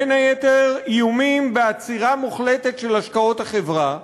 בין היתר איומים בעצירה מוחלטת של השקעות החברה,